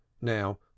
Now